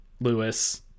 Lewis